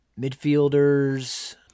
Midfielders